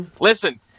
listen